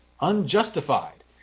unjustified